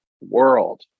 world